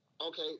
Okay